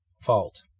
fault